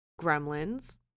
gremlins